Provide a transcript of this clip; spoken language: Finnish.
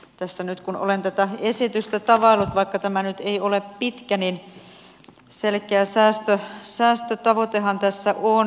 tässä nyt kun olen tätä esitystä tavaillut vaikka tämä nyt ei ole pitkä niin selkeä säästötavoitehan tässä on